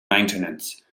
maintenance